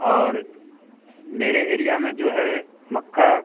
और मेरे एरिया में जो है मक्का